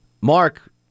Mark